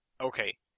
Okay